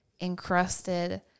encrusted